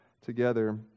together